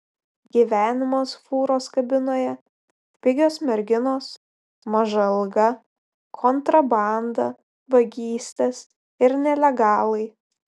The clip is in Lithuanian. gyvenimas fūros kabinoje pigios merginos maža alga kontrabanda vagystės ir nelegalai